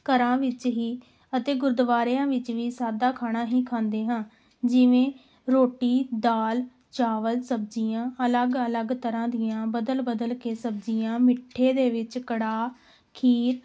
ਘਰਾਂ ਵਿੱਚ ਹੀ ਅਤੇ ਗੁਰਦੁਆਰਿਆਂ ਵਿੱਚ ਵੀ ਸਾਦਾ ਖਾਣਾ ਹੀ ਖਾਂਦੇ ਹਾਂ ਜਿਵੇਂ ਰੋਟੀ ਦਾਲ ਚਾਵਲ ਸਬਜ਼ੀਆਂ ਅਲੱਗ ਅਲੱਗ ਤਰ੍ਹਾਂ ਦੀਆਂ ਬਦਲ ਬਦਲ ਕੇ ਸਬਜ਼ੀਆਂ ਮਿੱਠੇ ਦੇ ਵਿੱਚ ਕੜਾਹ ਖੀਰ